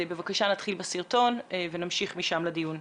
בבקשה נתחיל בסרטון ונמשיך משם לדיון.